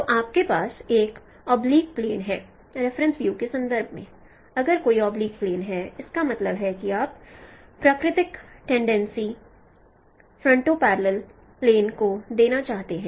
तो आपके पास एक ऑब्लिक प्लेन है रेफरेंस व्यू के संबंध में अगर कोई ऑब्लिक प्लेन है इसका मतलब यह है कि आप प्राकृतिक टेंडेंसी फरनटो पैरलल प्लेन को देखना चाहते हैं